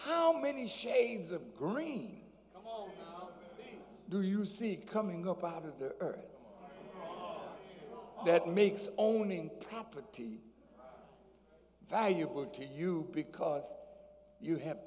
how many shades of green do you see coming up out of the earth that makes owning property value to you because you have